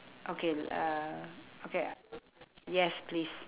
okay uh okay uh yes please